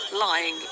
lying